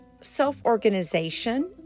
self-organization